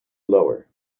lower